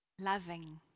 loving